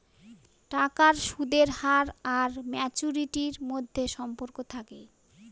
টাকার সুদের হার আর ম্যাচুরিটির মধ্যে সম্পর্ক থাকে